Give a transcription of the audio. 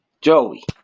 Joey